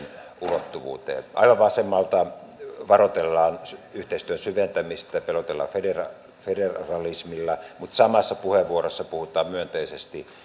ulottuvuuteen aivan vasemmalta varoitellaan yhteistyön syventämisestä pelotellaan federalismilla federalismilla mutta samassa puheenvuorossa puhutaan myönteisesti